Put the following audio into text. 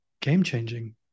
game-changing